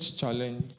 challenge